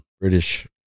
British